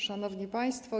Szanowni Państwo!